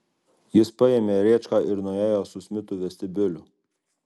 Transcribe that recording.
jis paėmė rėčką ir nuėjo su smitu vestibiuliu